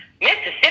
Mississippi